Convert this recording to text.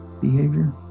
behavior